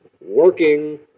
working